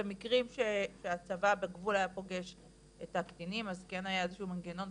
במקרים שהצבא היה פוגש את הקטינים אז כן היה איזשהו מנגנון,